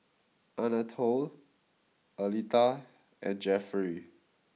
Anatole Aletha and Jefferey